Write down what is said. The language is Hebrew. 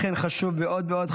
אכן חשוב מאוד מאוד.